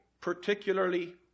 particularly